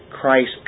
Christ